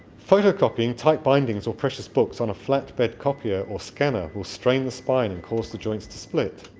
photocopying tight bindings or precious books on a flatbed copier or scanner will strain the spine and cause the joints to split